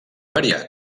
variat